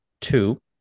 Two